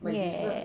!yay!